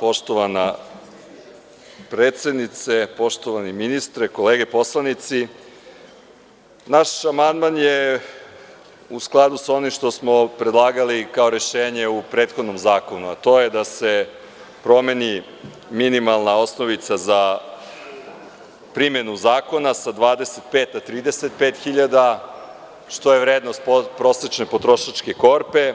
Poštovana predsednice, poštovani ministre, kolege poslanici, naš amandman je u skladu sa onim što smo predlagali kao rešenje u prethodnom zakonu, a to je da se promeni minimalna osnovica za primenu zakona sa 25 na 35 hiljada, što je vrednost prosečne potrošačke korpe,